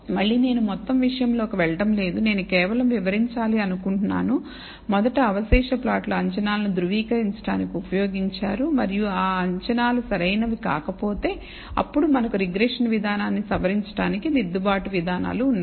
మళ్ళీ నేను మొత్తం విషయంలోకి వెళ్ళడం లేదునేను కేవలం వివరించాలి అనుకుంటున్నాను మొదట అవశేష ప్లాట్లు అంచనాలను ధృవీకరించడానికి ఉపయోగించారు మరియు ఆ అంచనాలు సరైనవి కాకపోతే అప్పుడు మనకు రిగ్రెషన్ విధానాన్ని సవరించడానికి దిద్దుబాటు విధానాలు ఉన్నాయి